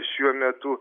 šiuo metu